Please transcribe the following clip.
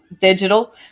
digital